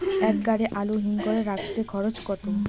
এক গাড়ি আলু হিমঘরে রাখতে খরচ কত?